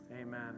Amen